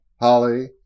Holly